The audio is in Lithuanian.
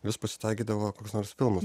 vis pasitaikydavo koks nors filmas